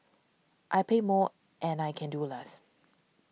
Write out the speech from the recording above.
I pay more and I can do less